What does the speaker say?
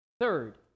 Third